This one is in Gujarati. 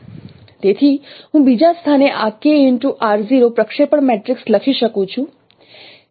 તેથી હું બીજા સ્થાને આ પ્રક્ષેપણ મેટ્રિક્સ લખી શકું છું